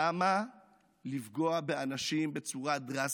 למה לפגוע באנשים בצורה דרסטית?